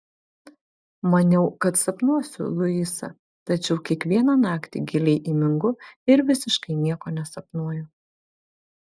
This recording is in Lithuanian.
maniau kad sapnuosiu luisą tačiau kiekvieną naktį giliai įmingu ir visiškai nieko nesapnuoju